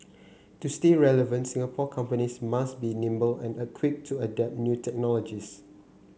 to stay relevant Singapore companies must be nimble and a quick to adopt new technologies